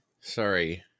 Sorry